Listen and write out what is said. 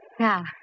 Now